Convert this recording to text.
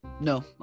No